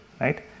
right